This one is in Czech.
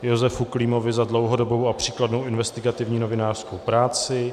Josefu Klímovi za dlouhodobou a příkladnou investigativní novinářskou práci